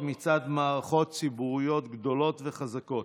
מצד מערכות ציבוריות גדולות וחזקות.